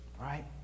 Right